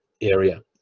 area